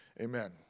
amen